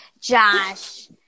Josh